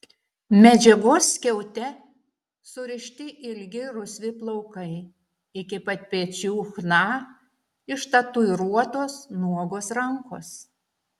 medžiagos skiaute surišti ilgi rusvi plaukai iki pat pečių chna ištatuiruotos nuogos rankos